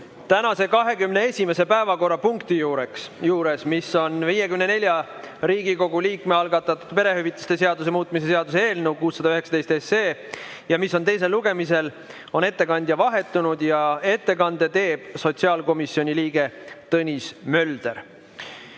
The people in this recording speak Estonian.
tänase 21. päevakorrapunkti kohta, mis on 54 Riigikogu liikme algatatud perehüvitiste seaduse muutmise seaduse eelnõu 619 teine lugemine. Ettekandja on vahetunud, ettekande teeb sotsiaalkomisjoni liige Tõnis Mölder.